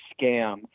scam